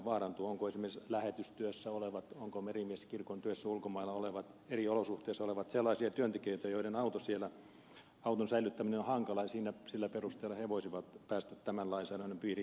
ovatko esimerkiksi lähetystyössä olevat ovatko merimieskirkon työssä ulkomailla olevat eri olosuhteissa olevat sellaisia työntekijöitä joille auton säilyttäminen siellä on hankalaa ja jotka sillä perusteella voisivat päästä tämän lainsäädännön piiriin